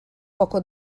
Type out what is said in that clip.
poco